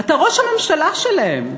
אתה ראש הממשלה שלהם.